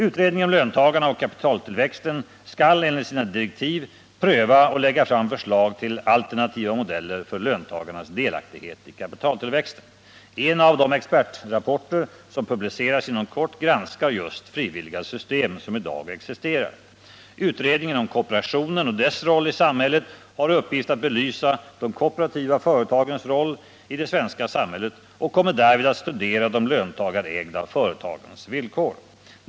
Utredningen om löntagarna och kapitaltillväxten skall enligt sina direktiv pröva och lägga fram förslag till alternativa modeller för löntagarnas delaktighet i kapitaltillväxten. En av de expertrapporter som publiceras inom kort granskar just de frivilliga system som i dag existerar. Utredningen om kooperationen och dess roll i samhället har i uppgift att belysa de kooperativa företagens roll i det svenska samhället och kommer därvid att studera de löntagarägda företagens villkor.